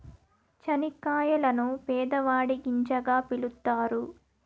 చనిక్కాయలను పేదవాడి గింజగా పిలుత్తారు